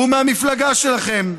הוא מהמפלגה שלכם.